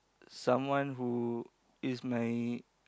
someone who is my